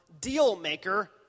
deal-maker